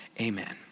amen